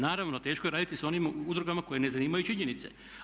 Naravno teško je raditi sa onim udrugama koje ne zanimaju činjenice.